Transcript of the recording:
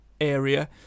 area